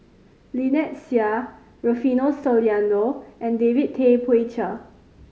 Lynnette Seah Rufino Soliano and David Tay Poey Cher